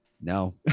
No